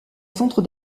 centre